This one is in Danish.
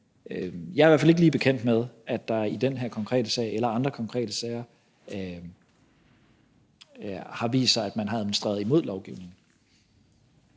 jeg er i hvert fald ikke lige bekendt med, at det i den her konkrete sag eller andre konkrete sager har vist sig, at man har administreret imod lovgivningen.